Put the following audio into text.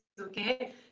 okay